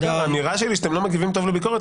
האמירה שלי שאתם לא מגיבים טוב לביקורת